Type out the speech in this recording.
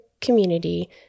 community